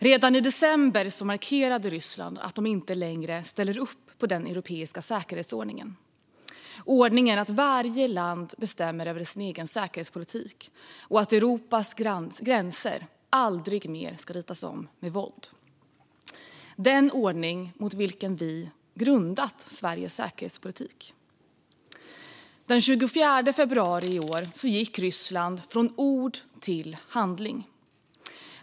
Redan i december markerade Ryssland att de inte längre ställer upp på den europeiska säkerhetsordningen: den ordning som innebär att varje land bestämmer över sin egen säkerhetspolitik och att Europas gränser aldrig mer ska ritas om med våld och den ordning på vilken vi grundat Sveriges säkerhetspolitik. Den 24 februari i år gick Ryssland från ord till handling.